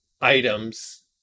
items